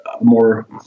more